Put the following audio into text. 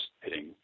hitting